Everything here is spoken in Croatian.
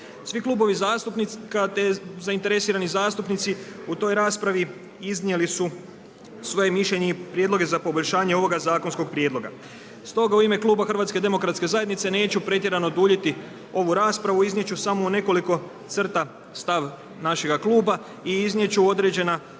Svi klubovi zastupnika te zainteresiranih zastupnici u toj raspravi iznijeli su svoje mišljenje i prijedloge za poboljšanje ovoga zakonskog prijedloga, stoga u ime HDZ-a, neću pretjerano duljiti ovu raspravu, iznijeti ću samo nekoliko crta stav našega kluba i iznijeti ću određena